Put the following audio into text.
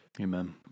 Amen